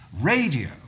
radio